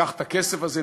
ניקח את הכסף הזה,